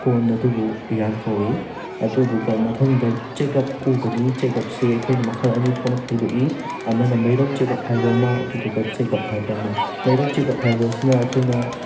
ꯀꯣꯟ ꯑꯗꯨꯕꯨ ꯎꯌꯥꯟ ꯀꯧꯋꯤ ꯑꯗꯨꯗꯨꯒ ꯃꯊꯪꯗ ꯆꯦꯒꯞ ꯎꯒꯅꯤ ꯆꯦꯒꯞꯁꯤ ꯑꯩꯈꯣꯏꯅ ꯃꯈꯜ ꯑꯅꯤ ꯊꯣꯛꯅ ꯈꯥꯏꯗꯣꯛꯏ ꯑꯃꯅ ꯃꯩꯔꯧ ꯆꯦꯒꯞ ꯍꯥꯏꯕ ꯑꯃ ꯑꯗꯨꯒ ꯆꯦꯒꯞ ꯍꯥꯏꯕ ꯑꯃ ꯃꯩꯔꯧ ꯆꯦꯒꯞ ꯍꯥꯏꯕꯁꯤꯅ ꯑꯩꯈꯣꯏꯅ